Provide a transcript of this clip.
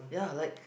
ya like